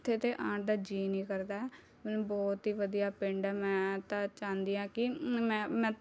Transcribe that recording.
ਉੱਥੇ ਤੋਂ ਆਉਣ ਦਾ ਜੀਅ ਨਹੀਂ ਕਰਦਾ ਮਤਲਬ ਬਹੁਤ ਹੀ ਵਧੀਆ ਪਿੰਡ ਹੈ ਮੈਂ ਤਾਂ ਚਾਹੁੰਦੀ ਹਾਂ ਕਿ ਮੈਂ ਮੈਂ